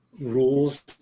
rules